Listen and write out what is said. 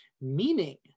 meaning